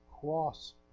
cross